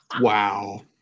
Wow